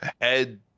head